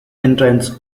entrants